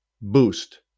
boost